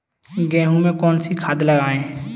गेहूँ में कौनसी खाद लगाएँ?